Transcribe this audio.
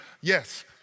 Yes